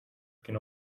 can